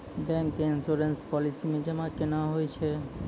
Bank के insurance policy मे जमा केना होय छै?